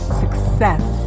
success